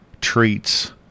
treats